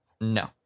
No